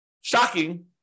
shocking